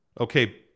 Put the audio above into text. Okay